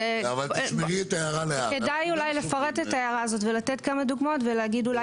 כדאי אולי לפרט את ההערה הזאת ולתת כמה דוגמאות ולאו